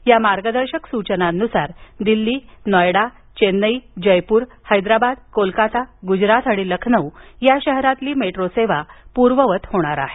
या मागर्दर्शक सूचनांनुसार दिल्ली नोइडा चेन्नई जयपूर हैदराबाद कोलकाता गुजरात आणि लखनौ या शहरातील मेट्रो सेवा पूर्ववत होणार आहे